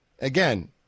Again